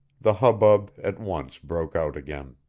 the hubbub at once broke out again.